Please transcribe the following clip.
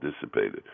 dissipated